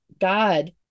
God